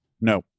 No